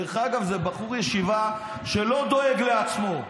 דרך אגב, זה בחור ישיבה שלא דואג לעצמו,